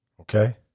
Okay